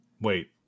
Wait